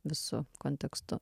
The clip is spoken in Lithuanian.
visu kontekstu